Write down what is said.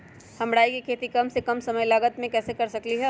हम राई के खेती कम से कम लागत में कैसे कर सकली ह?